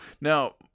Now